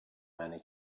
many